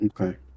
Okay